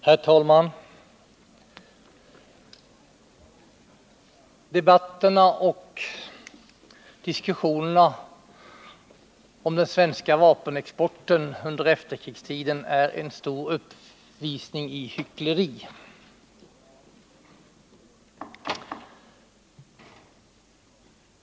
Herr talman! Debatterna och diskussionerna om den svenska vapenexporten under efterkrigstiden är en stor uppvisning i hyckleri.